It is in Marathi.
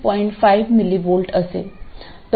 5mV असेल